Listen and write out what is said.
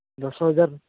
ଦଶ ହଜାର